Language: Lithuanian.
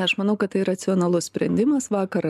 aš manau kad tai racionalus sprendimas vakar